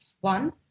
One